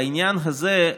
בעניין הזה,